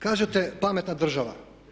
Kažete pametna država.